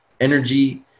energy